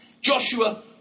Joshua